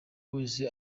wese